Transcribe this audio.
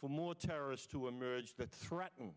for more terrorists to emerge that threaten